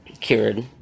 cured